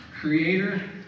creator